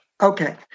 Okay